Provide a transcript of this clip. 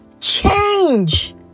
change